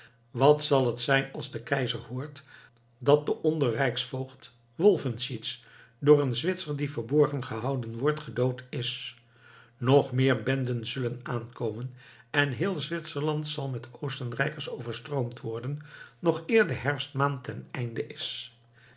wat zal het zijn als de keizer hoort dat de onder rijksvoogd wolfenschiez door een zwitser die verborgen gehouden wordt gedood is nog meer benden zullen aankomen en heel zwitserland zal met oostenrijkers overstroomd worden nog eer de herfstmaand ten einde is